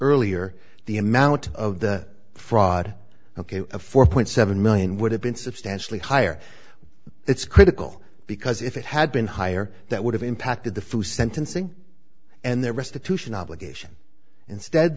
earlier the amount of the fraud ok a four point seven million would have been substantially higher it's critical because if it had been higher that would have impacted the foo sentencing and their restitution obligation instead